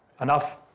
enough